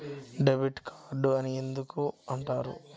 Debit card అని ఎందుకు అంటారు?